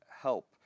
help